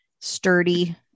sturdy